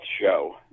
show